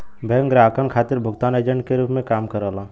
bank ग्राहकन खातिर भुगतान एजेंट के रूप में काम करला